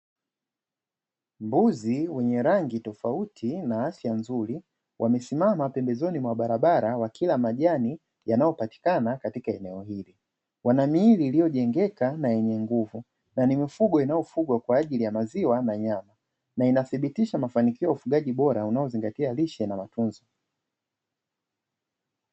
Mbuzi wenye rangi tofauti na afya nzuri wamesimama pembezoni mwa barabara wakila majani yanayopatikana katika eneo hili. Wana miili iliyojengeka na yenye nguvu, na nimifugo inayofugwa kwaajili ya maziwa na nyama na inathibitisha mafanikio ya ufugaji bora unaozingatia lishe na matunzo.